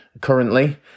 Currently